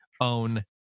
own